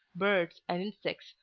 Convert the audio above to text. birds, and insects,